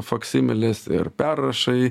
faksimilės ir perrašai